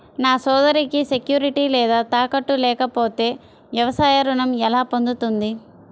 నా సోదరికి సెక్యూరిటీ లేదా తాకట్టు లేకపోతే వ్యవసాయ రుణం ఎలా పొందుతుంది?